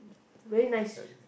very nice